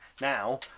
now